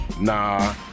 Nah